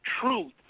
truth